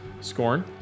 Scorn